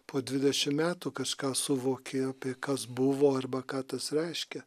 po dvidešimt metų kažką suvoki kas buvo arba ką tas reiškia